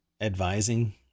advising